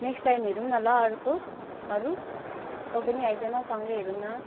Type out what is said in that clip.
next time हेरौँ न ल अर्को अरू तँ पनि आइज नै सँगै हेरौँ न